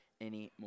anymore